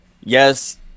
yes